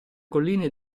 colline